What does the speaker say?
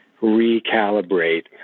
recalibrate